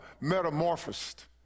metamorphosed